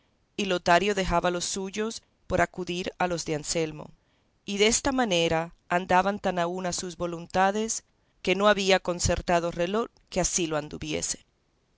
y lotario dejaba los suyos por acudir a los de anselmo y desta manera andaban tan a una sus voluntades que no había concertado reloj que así lo anduviese